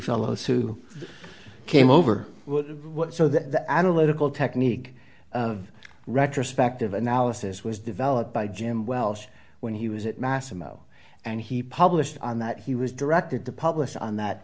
fellows who came over so the analytical technique of retrospective analysis was developed by jim welsh when he was it massimo and he published on that he was directed to publish on that